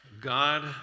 god